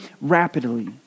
rapidly